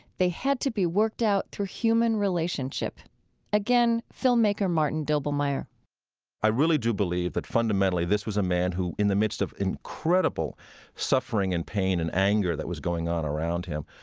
they had to be worked out through human relationship again, filmmaker martin doblmeier i really do believe that fundamentally this was a man who, in the midst of incredible suffering and pain and anger that was going on around him,